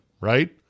right